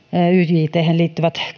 yjthen liittyvät